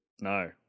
No